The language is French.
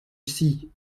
ici